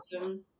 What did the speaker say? awesome